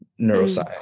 neuroscience